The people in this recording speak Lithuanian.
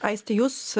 aisti jūs